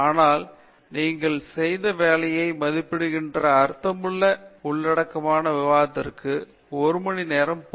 ஆனால் நீங்கள் செய்த வேலையை மதிப்பிடுகிற அர்த்தமுள்ள உள்ளடக்கமான விவாததிற்கு 1 மணி நேரம் போதுமானது